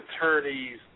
attorneys